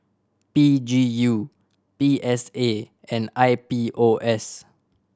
P G U P S A and I P O S